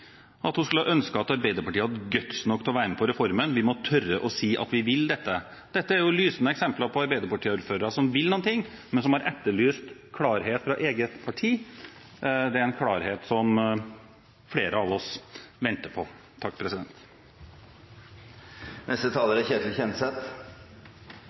skulle ønske Arbeiderpartiet hadde guts nok til å være med på denne kommunereformen. Vi må tørre å si at vi vil dette.» Dette er lysende eksempler på arbeiderpartiordførere som vil noe, men som har etterlyst klarhet fra eget parti. Det er en klarhet som flere av oss venter på.